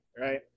right